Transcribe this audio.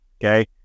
Okay